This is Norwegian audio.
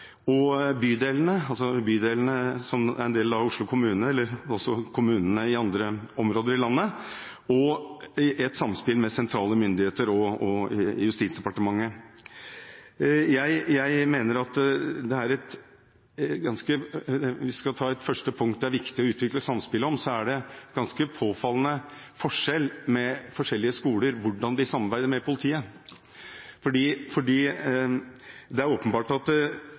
bydelene, som da er en del av Oslo kommune, eller også kommunene i andre områder i landet, og i et samspill med sentrale myndigheter og Justis- og beredskapsdepartementet. Hvis vi skal ta et første punkt det er viktig å utvikle samspill om: Det er ganske påfallende forskjell mellom skoler med hensyn til hvordan de samarbeider med politiet. Det er åpenbart at